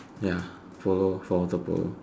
ya follow foldable